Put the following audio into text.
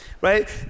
right